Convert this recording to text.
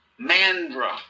Mandra